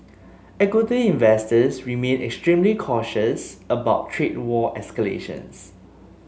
equity investors remain extremely cautious about trade war escalations